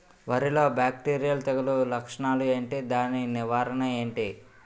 వరి లో బ్యాక్టీరియల్ తెగులు లక్షణాలు ఏంటి? దాని నివారణ ఏంటి?